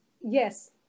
yes